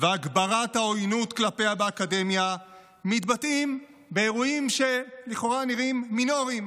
והגברת העוינות כלפיה באקדמיה מתבטאים באירועים שלכאורה נראים מינוריים,